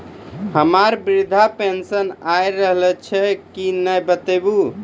हमर वृद्धा पेंशन आय रहल छै कि नैय बताबू?